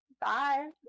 Bye